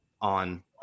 on